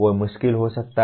वे मुश्किल हो सकता है